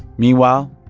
meanwhile,